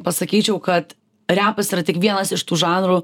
pasakyčiau kad repas yra tik vienas iš tų žanrų